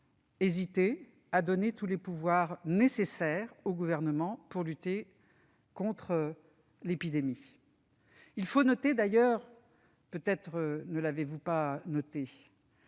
hésité à donner tous les pouvoirs nécessaires au Gouvernement pour lutter contre l'épidémie. D'ailleurs- peut-être ne l'avez-vous pas noté